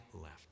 left